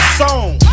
song